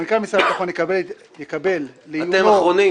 מנכ"ל משרד הביטחון יקבל לעיונו --- אתם אחרונים?